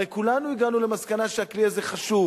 הרי כולנו הגענו למסקנה שהכלי הזה חשוב